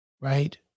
right